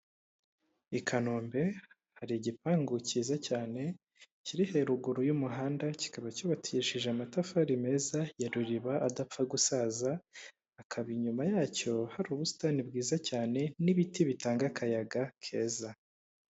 I kanombe hari igipangu cyiza cyane kiri haruguru y'umuhanda kikaba cyubakishije amatafari meza ya ruriba adapfa gusaza, akaba inyuma yacyo hari ubusitani bwiza cyane n'ibiti bitanga akayaga keza.